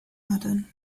madden